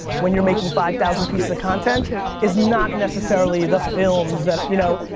when you're making five thousand pieces of content is not necessarily the films that, you know,